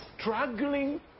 struggling